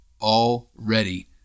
already